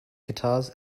guitars